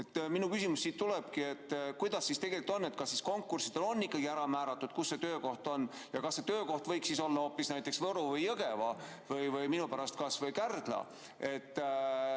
Minu küsimus ongi, et kuidas siis tegelikult on. Kas konkurssidel on ära määratud, kus töökoht on? Ja kas see töökoht võiks siis olla hoopis näiteks Võru või Jõgeva või minu pärast kas või Kärdla?